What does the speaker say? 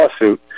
lawsuit